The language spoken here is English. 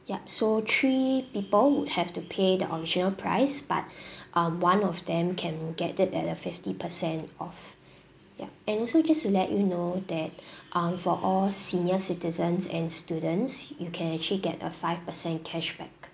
yup so three people would have to pay the original price but um one of them can get it at a fifty percent off yup and also just to let you know that um for all senior citizens and students you can actually get a five percent cashback